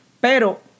Pero